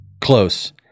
Close